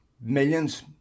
millions